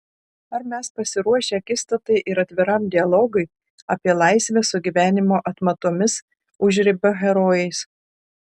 ar mes pasiruošę akistatai ir atviram dialogui apie laisvę su gyvenimo atmatomis užribio herojais